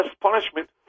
punishment